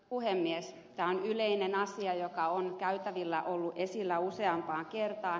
tämä on yleinen asia joka on käytävillä ollut esillä useampaan kertaan